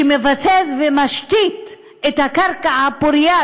שמבסס ומשתית את הקרקע הפורייה,